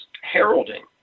heralding